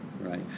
right